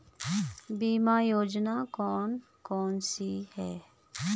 बीमा योजना कौन कौनसी हैं?